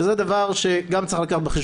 שזה דבר שגם צריך לקחת בחשבון.